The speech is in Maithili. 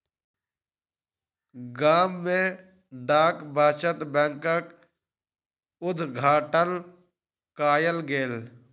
गाम में डाक बचत बैंकक उद्घाटन कयल गेल